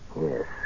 Yes